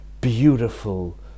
beautiful